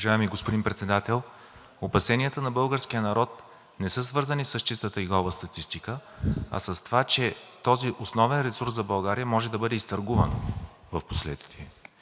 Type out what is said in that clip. Уважаеми господин Председател, опасенията на българския народ не са свързани с чистата и гола статистика, а с това, че този основен ресурс за България може да бъде изтъргуван впоследствие.